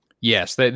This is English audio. Yes